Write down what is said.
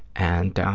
and